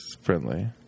friendly